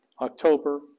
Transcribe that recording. October